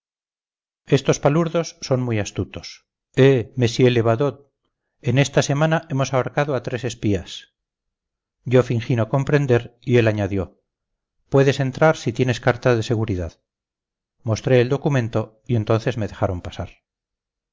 estos palurdos son muy astutos eh monsieur le badaud en esta semana hemos ahorcado a tres espías yo fingí no comprender y él añadió puedes entrar si tienes carta de seguridad mostré el documento y entonces me dejaron pasar